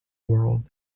world